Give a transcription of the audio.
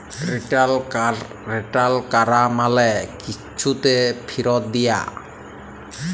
return ক্যরা মালে কিছুকে ফিরত দিয়া